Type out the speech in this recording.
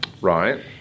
Right